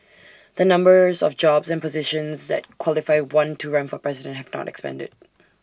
the numbers of jobs and positions that qualify one to run for president have not expanded